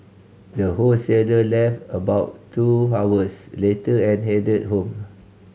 the wholesaler left about two hours later and headed home